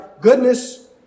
goodness